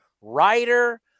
writer